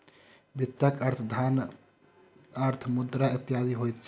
वित्तक अर्थ धन, अर्थ, मुद्रा इत्यादि होइत छै